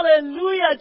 Hallelujah